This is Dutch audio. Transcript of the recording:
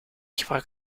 gebruik